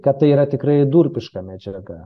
kad tai yra tikrai durpiška medžiaga